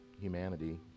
humanity